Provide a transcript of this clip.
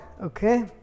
Okay